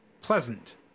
pleasant